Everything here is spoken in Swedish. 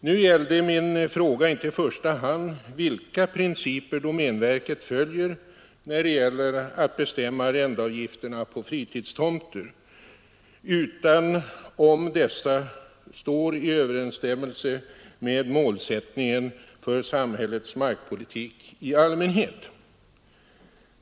Nu gällde min fråga inte i första hand vilka principer domänverket följer när det gäller att bestämma arrendeavgifterna på fritidstomter utan om dessa avgiftshöjningar står i överensstämmelse med målsättningen för samhällets markpolitik i allmänhet.